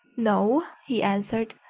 no, he answered.